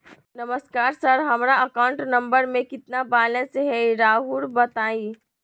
नमस्कार सर हमरा account number में कितना बैलेंस हेई राहुर बताई?